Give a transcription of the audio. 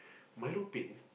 milo peng